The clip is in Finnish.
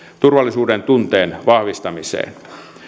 turvallisuudentunteen vahvistamiseen